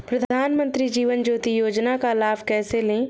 प्रधानमंत्री जीवन ज्योति योजना का लाभ कैसे लें?